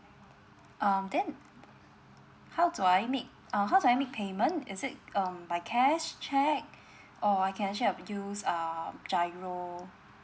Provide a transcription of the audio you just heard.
um then how do I make uh how do I make payment is it um by cash cheque or I can actually uh use uh giro